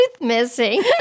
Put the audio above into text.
missing